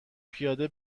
پیاده